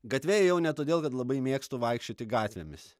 gatve ėjau ne todėl kad labai mėgstu vaikščioti gatvėmis